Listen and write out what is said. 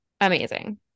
Amazing